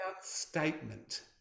statement